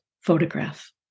Photograph